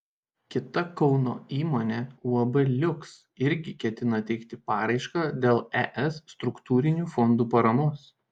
kita kauno įmonė uab liuks irgi ketina teikti paraišką dėl es struktūrinių fondų paramos